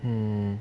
hmm